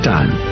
Time